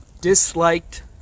Disliked